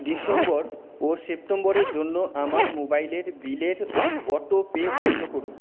December ও সেপ্টেম্বরের জন্য আমার মোবাইলের বিলের অটোপে বন্ধ করুন